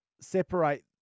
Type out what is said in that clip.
separate